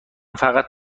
فقط